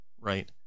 right